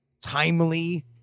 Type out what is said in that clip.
timely